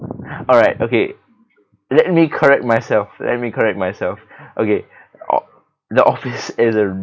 alright okay let me correct myself let me correct myself okay o~ the office is a